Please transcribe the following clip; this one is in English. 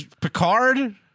Picard